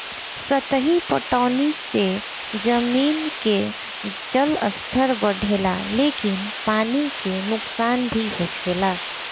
सतही पटौनी से जमीन के जलस्तर बढ़ेला लेकिन पानी के नुकसान भी होखेला